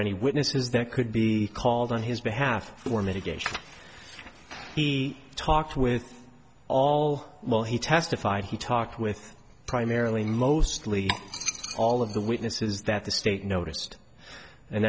any witnesses that could be called on his behalf for mitigation he talked with all while he testified he talked with primarily mostly all of the witnesses that the state noticed and